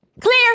Clear